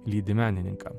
lydi menininką